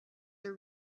are